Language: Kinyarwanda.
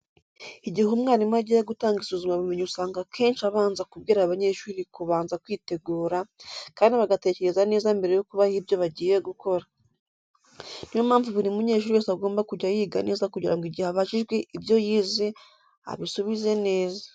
Igihe umwarimu agiye gutanga isuzumabumenyi usanga akenshi abanza kubwira abanyeshuri kubanza kwitegura, kandi bagatekereza neza mbere yo kubaha ibyo bagiye gukora. Niyo mpamvu buri munyeshuri wese agomba kujya yiga neza kugira ngo igihe abajijwe ibyo bize abisubize neza.